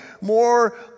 more